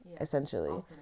essentially